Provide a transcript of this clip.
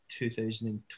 2020